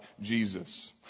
Jesus